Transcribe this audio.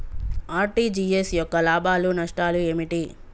RTGS యొక్క లాభాలు నష్టాలు ఏమిటి?